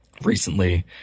recently